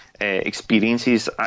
experiences